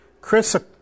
Chris